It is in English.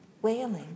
wailing